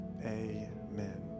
Amen